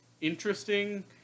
interesting